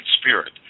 spirit